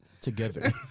together